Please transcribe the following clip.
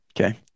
okay